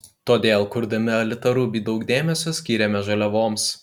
todėl kurdami alita ruby daug dėmesio skyrėme žaliavoms